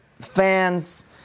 fans